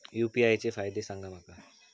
UPI चे फायदे सांगा माका?